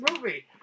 movie